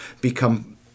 become